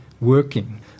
working –